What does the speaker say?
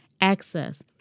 access